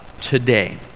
today